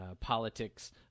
politics